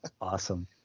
Awesome